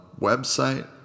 website